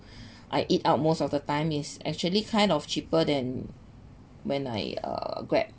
I eat out most of the time is actually kind of cheaper than when I uh Grab